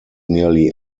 nearly